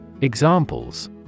Examples